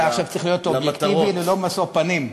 אתה עכשיו צריך להיות אובייקטיבי, ללא משוא פנים,